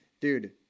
Dude